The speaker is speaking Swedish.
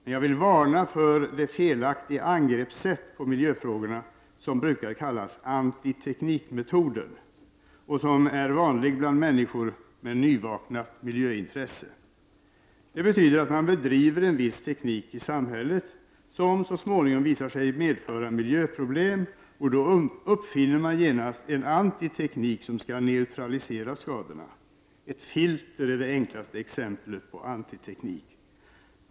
Men jag vill varna för det felaktiga sätt att angripa miljöfrågorna som brukar kallas antiteknik-metoden och som är vanlig bland människor med ett nyvaknat miljöintresse. Det betyder att man bedriver en viss teknik i samhället som så småningom visar sig medföra miljöproblem. Då uppfinner man genast en antiteknik, som skall neutralisera skadorna. Ett filter är det enklaste exemplet på antiteknik.